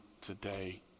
today